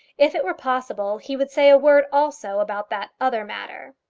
if it were possible he would say a word also about that other matter.